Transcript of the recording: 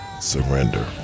surrender